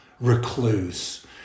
recluse